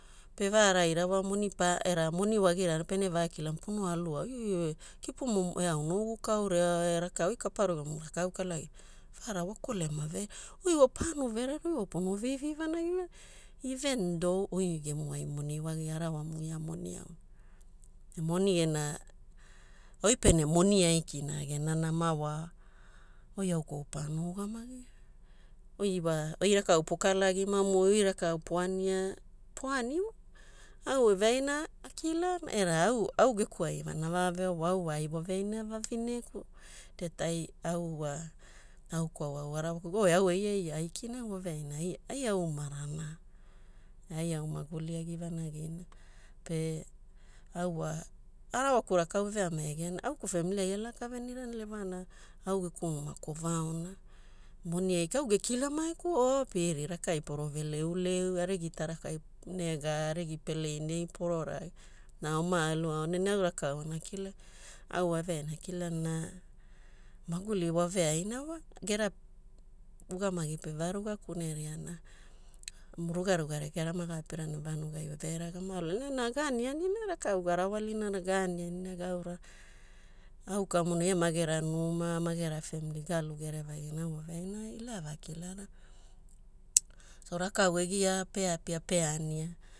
Pe va raira wa moni era moni wagiranpene vakilamu pono aluao kipomo eau oi kapamu rugamu rakau kalagina vara vokolema veaira oi wa pano verere oi wa pono vivi vanagivanagi iven dou oi gemuai moni wagia arawamu ia moni auna. Moni gena, oi pene moni aikina gena nama wa oi au kwaua pana ugamagia oi wa oi rakau pokala gimamu, oi rakau poania poani wa, au eveaina akilana, era au gekuai ana vaa veovoa au ai waveaina vavineku det i au wa nauku e au arawaku au eiai aikina voveaina ai au marana ne ai maguli vanagina pe au wa arawaku rakau eveamaiagiana au geku famili ai alaka venirana lewana au geku numa kovaona moni aikina au gekila mae kuo oh Piri rakai poro veleuleu arigi tarakai nega, arigi peleiniai poro rage na oma aluaona ne au rakau ana kila. Au waveaina akilana na maguli voveaina wa gera ugamagi peva kuneria rugaruga rekea ma gapirana vanugai veaira gamagulina veaina ne ga anianina rakau garawalina gaanianina gaura, au kamuna ia magera numa magera famili galu gerevagina ira voveaina ila avakilarana. So rakau egia pe apia pe ania